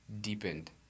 deepened